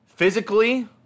Physically